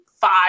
five